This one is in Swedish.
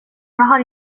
har